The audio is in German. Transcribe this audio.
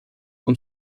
und